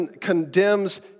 condemns